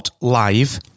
Live